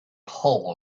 whole